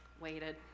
waited